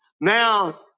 Now